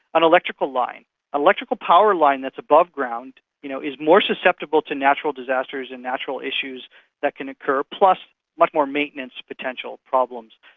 an electrical line. an electrical power line that's above ground you know is more susceptible to natural disasters and natural issues that can occur, plus much more maintenance potential problems,